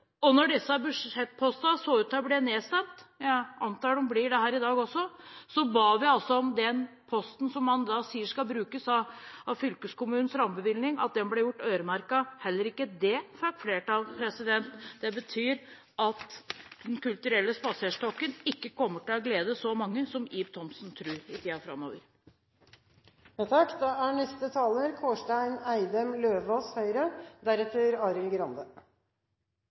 Og da disse budsjettene så ut til å bli nedstemt – jeg antar at de blir det her i dag også – ba vi om at den posten som man sier skal brukes av fylkeskommunens rammebevilgning, ble gjort øremerket. Heller ikke det fikk flertall. Det betyr at Den kulturelle spaserstokken ikke kommer til å glede så mange i tiden framover som Ib Thomsen tror. Jeg blir litt overrasket – eller kanskje mer oppgitt – når representanten Arild Grande